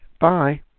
Bye